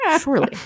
Surely